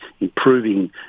improving